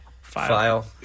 File